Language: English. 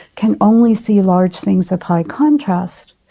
can only see large things of high contrast,